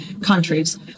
countries